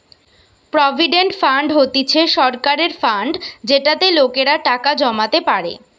provident fund হতিছে সরকারের fund যেটাতে লোকেরা টাকা জমাতে পারে